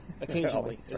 occasionally